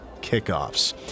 kickoffs